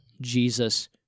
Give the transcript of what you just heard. Jesus